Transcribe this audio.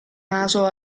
naso